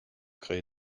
créer